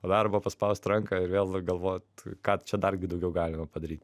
po darbo paspaust ranką ir vėl galvot ką čia dar gi daugiau galima padaryt